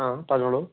ആ പറഞ്ഞോളു